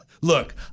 Look